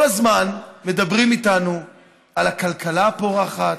כל הזמן מדברים איתנו על הכלכלה הפורחת,